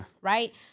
right